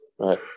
Right